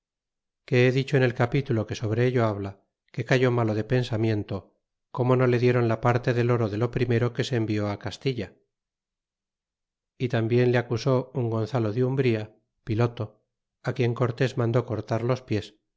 que he dicho en el capítulo que sobre ello habla que cayó malo de pensamiento como no le dieron la parte del oro de lo primero que se envió castilla y tambien le acusó un gonzalo de umbria piloto quien cortés mandó cortar los pies